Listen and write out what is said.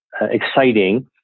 exciting